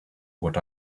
what